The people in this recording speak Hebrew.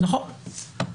נכון.